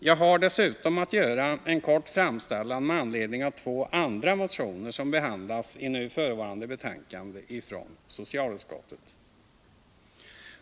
Jag har dessutom att göra en kort framställan med anledning av två andra motioner som behandlas i det nu förevarande betänkandet från socialutskottet.